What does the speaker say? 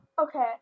Okay